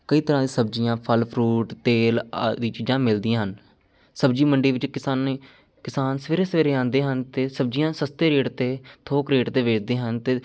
ਕਈ ਤਰ੍ਹਾਂ ਦੀਆਂ ਸਬਜ਼ੀਆਂ ਫਲ ਫਰੂਟ ਤੇਲ ਆਦਿ ਚੀਜ਼ਾਂ ਮਿਲਦੀਆਂ ਹਨ ਸਬਜ਼ੀ ਮੰਡੀ ਵਿੱਚ ਕਿਸਾਨ ਨੇ ਕਿਸਾਨ ਸਵੇਰੇ ਸਵੇਰੇ ਆਉਂਦੇ ਹਨ ਅਤੇ ਸਬਜ਼ੀਆਂ ਸਸਤੇ ਰੇਟ 'ਤੇ ਥੋਕ ਰੇਟ 'ਤੇ ਵੇਚਦੇ ਹਨ ਅਤੇ